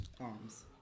Arms